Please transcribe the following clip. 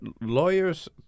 lawyers